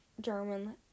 German